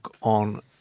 on